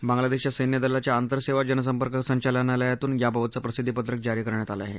बांग्लादेशघ्या सैन्य दलाच्या आंतरसेवा जनसपर्क संचलनालयातून याबतचं प्रसिद्धीपत्रक जारी करण्यात आलं आहे